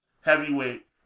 Heavyweight